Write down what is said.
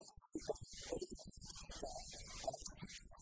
לגרש אותה, או לקבל את גיטה, אבל הזכות הזאת